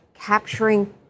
capturing